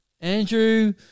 Andrew